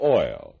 oil